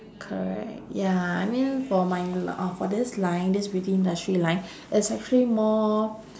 correct ya I mean for my uh for this line this beauty industry line there's actually more